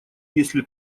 если